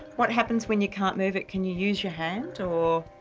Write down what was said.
what happens when you can't move it? can you use your hand, or?